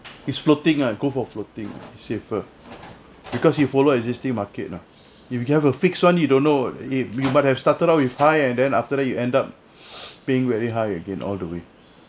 it's floating ah I go for floating safer because you follow existing market you know if you gonna have a fix one you don't know if you might have started out with high and then after that you end up paying very high again all the way